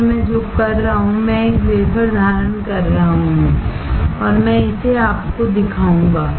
इसलिए मैं जो कर रहा हूं मैं एक वेफर धारण कर रहा हूं और मैं इसे आपको दिखाऊंगा